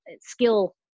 skill